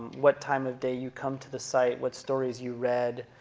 what time of day you come to the site, what stories you read,